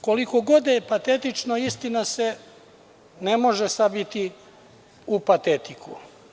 Koliko god da je patetično, istina se ne može sabiti u patetiku.